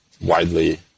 widely